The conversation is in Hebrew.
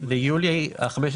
אחרי פסקה (5) יקראו: "(5א)